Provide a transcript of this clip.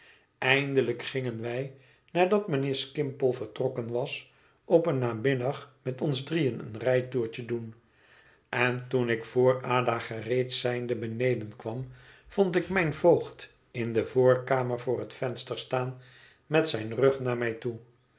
eindelijk gingen wij nadat mijnheer skimpole vertrokken was op een namiddag met ons drieën een rijtoertje doen en toen ik vr ada gereed zijnde beneden kwam vond ik mijn voogd in de voorkamer voor het venster staan met zijn rug naar mij toe